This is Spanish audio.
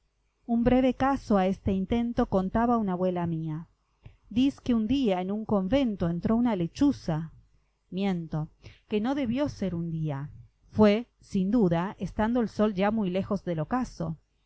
un breve caso a este intento contaba una abuela mía diz que un día en un convento entró una lechuza miento que no debió ser un día fué sin duda estando el sol ya muy lejos del ocaso